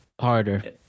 harder